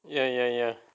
ya ya ya